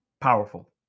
Powerful